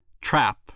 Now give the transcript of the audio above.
Trap